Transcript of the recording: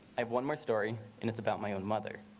i have one more story. and it's about my own mother.